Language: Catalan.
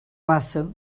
massa